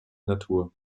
natur